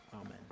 amen